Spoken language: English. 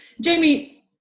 Jamie